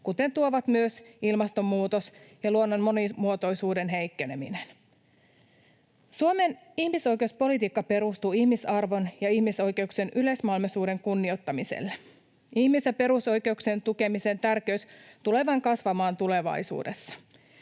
kuten tuovat myös ilmastonmuutos ja luonnon monimuotoisuuden heikkeneminen. Suomen ihmisoikeuspolitiikka perustuu ihmisarvon ja ihmisoikeuksien yleismaailmallisuuden kunnioittamiselle. Ihmis- ja perusoikeuksien tukemisen tärkeys tulee vain kasvamaan tulevaisuudessa.